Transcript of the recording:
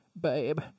babe